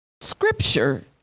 scripture